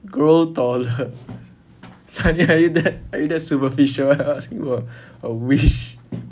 grow taller sonny are you that are you that superficial I ask you for a wish